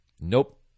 Nope